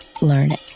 learning